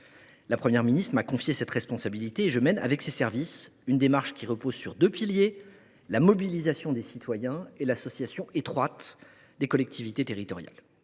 La Première ministre m’a confié cette responsabilité et je mène, avec ses services, une démarche qui repose sur deux piliers : la mobilisation des citoyens et l’association étroite des collectivités territoriales.